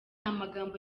amagambo